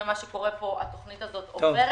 התוכנית הזאת תעבור.